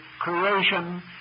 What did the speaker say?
creation